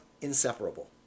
inseparable